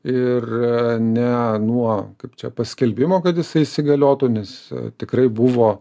ir ne nuo kaip čia paskelbimo kad jisai įsigaliotų nes tikrai buvo